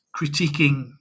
critiquing